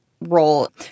role